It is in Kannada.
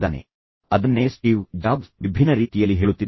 ಈಗ ಅದನ್ನೇ ಸ್ಟೀವ್ ಜಾಬ್ಸ್ ವಿಭಿನ್ನ ರೀತಿಯಲ್ಲಿ ಹೇಳುತ್ತಿದ್ದಾರೆ